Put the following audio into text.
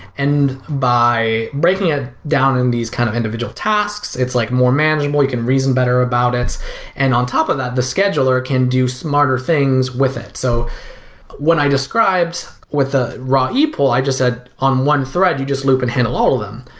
and by breaking it down into and these kind of individual tasks, it's like more manageable, you can reason better about it and on top of that, the scheduler can do smarter things with it so when i describes with the raw e-poll, i just said on one thread, you just loop and handle all of them.